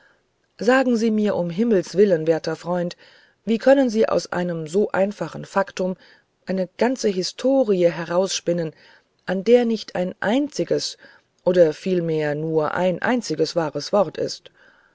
sagen sie mir um himmels willen werter freund wie können sie aus einem so einfachen faktum eine ganze historie herausspinnen an der nicht ein einziges oder vielmehr nur ein einziges wahres wort ist